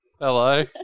Hello